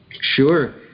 Sure